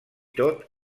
tot